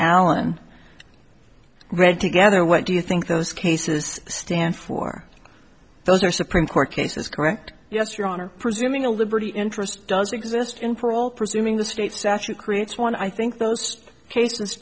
allen read together what do you think those cases stand for those are supreme court cases correct yes your honor presuming a liberty interest does exist in parole presuming the state statute creates one i think those cases